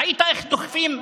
ראית איך דוחפים נשים?